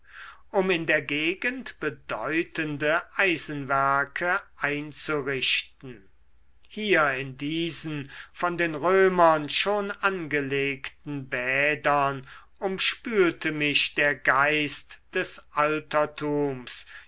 um in der gegend bedeutende eisenwerke einzurichten hier in diesen von den römern schon angelegten bädern umspülte mich der geist des altertums